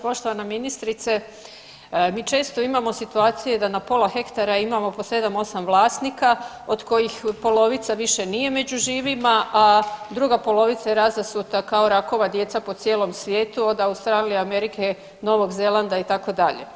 Poštovana ministrice, mi često imamo situacije da na pola hektara imamo po 7-8 vlasnika od kojih polovica više nije među živima, a druga polovica je razasuta kao rakova djeca po cijelom svijetu od Australije, Amerike, Novog Zelanda itd.